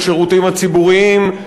בשירותים הציבוריים,